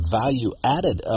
value-added